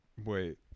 Wait